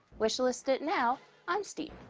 wishlist it now on steam.